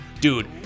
dude